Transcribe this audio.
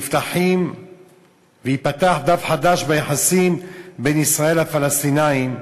שייפתח דף חדש ביחסים בין ישראל לפלסטינים.